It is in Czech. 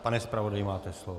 Pane zpravodaji, máte slovo.